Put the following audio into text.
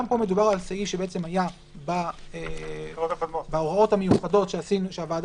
גם פה מדובר על סעיף שהיה בהוראות המיוחדות שהוועדה